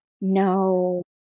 no